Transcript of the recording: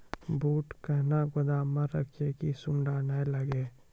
बूट कहना गोदाम मे रखिए की सुंडा नए लागे?